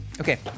Okay